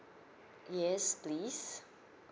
yes please